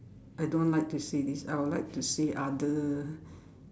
I don't like to say this I will like to say other